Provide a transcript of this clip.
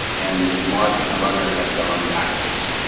and the market runner had gone backwards.